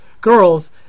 girls